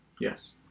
Yes